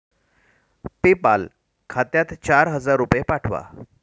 PayPal खात्यात चार हजार रुपये पाठवा